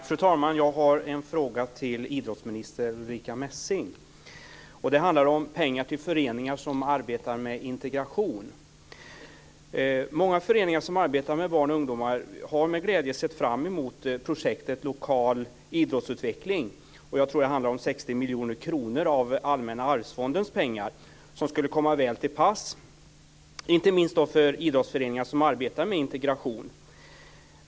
Fru talman! Jag har en fråga till idrottsminister Ulrica Messing. Den handlar om pengar till föreningar som arbetar med integration. Många föreningar som arbetar med barn och ungdomar har med glädje sett fram emot projektet Lokal idrottsutveckling. Jag tror att det handlar om 60 miljoner kronor av Allmänna arvsfondens pengar som skulle komma väl till pass, inte minst för idrottsföreningar som arbetar med integration.